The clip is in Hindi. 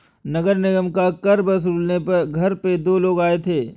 नगर निगम का कर वसूलने घर पे दो लोग आए थे